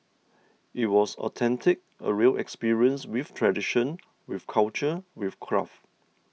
it was authentic a real experience with tradition with culture with craft